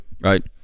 right